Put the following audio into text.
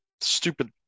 stupid